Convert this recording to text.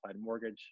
mortgage